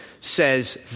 says